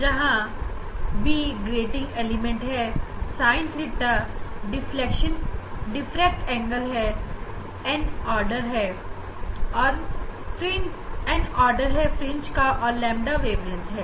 जहां d grating element है sine theta different angle है एन फ्रिंज का आर्डर है और लेमदा वेवलेंथ है